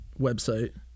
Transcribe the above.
website